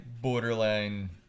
borderline